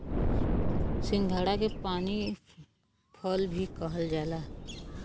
सिंघाड़ा के पानी फल भी कहल जाला